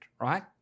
right